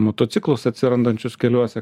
motociklus atsirandančius keliuose